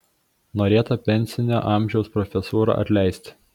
norėta pensinio amžiaus profesūrą atleisti